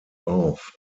auf